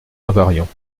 invariants